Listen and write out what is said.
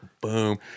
boom